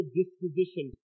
disposition